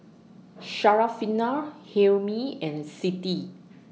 Syarafina Hilmi and Siti